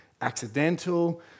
accidental